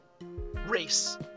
race